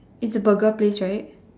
it's a burger place right